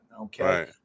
Okay